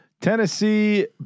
Tennessee